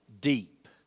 deep